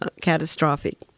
catastrophic